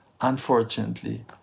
unfortunately